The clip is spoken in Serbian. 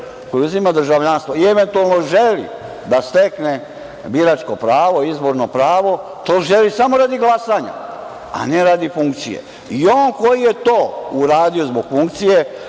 koji uzima državljanstvo i eventualno želi da stekne biračko pravo, izborno pravo, to želi samo radi glasanja, a na radi funkcije. On koji je to uradio zbog funkcije,